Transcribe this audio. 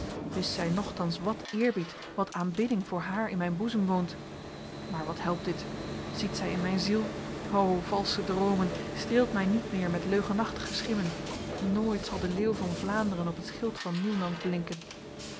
wist zij nochtans wat eerbied wat aanbidding voor haar in mijn boezem woont maar wat helpt dit ziet zij in mijn ziel o valse dromen streelt mij niet meer met leugenachtige schimmen nooit zal de leeuw van vlaanderen op het schild van nieuwland blinken